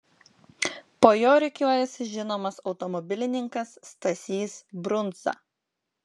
po jo rikiuojasi žinomas automobilininkas stasys brundza